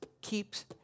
keeps